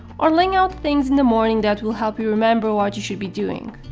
or laying out things in the morning that will help you remember what you should be doing.